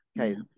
Okay